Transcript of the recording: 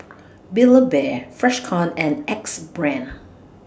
Build A Bear Freshkon and Axe Brand